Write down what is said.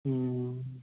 ਹਮ ਹਮ